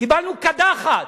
קיבלנו קדחת.